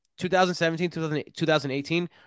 2017-2018